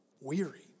weary